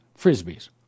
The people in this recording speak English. frisbees